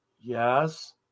Yes